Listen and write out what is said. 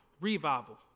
Revival